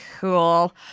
Cool